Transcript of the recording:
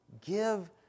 give